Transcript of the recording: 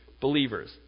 believers